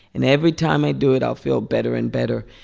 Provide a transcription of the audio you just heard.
and every time i do it, i'll feel better and better.